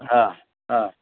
हां हां